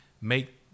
make